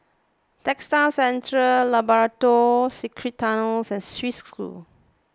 Textile Centre Labrador Secret Tunnels and Swiss School